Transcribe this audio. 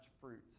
fruit